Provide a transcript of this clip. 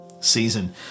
season